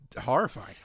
horrifying